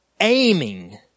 aiming